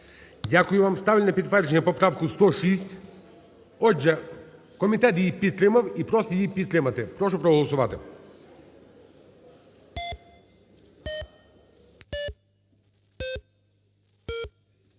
Дякую вам. Ставлю на підтвердження поправку 106. Отже, комітет її підтримав і просить її підтримати. Прошу проголосувати.